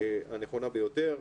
הנכונה ביותר.